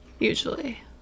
usually